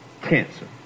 cancer